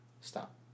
stop